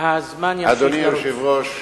אדוני היושב-ראש,